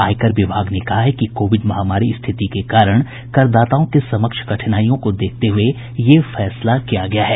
आयकर विभाग ने कहा है कि कोविड महामारी स्थिति के कारण करदाताओं के समक्ष कठिनाइयों को देखते हुए यह फैसला किया गया है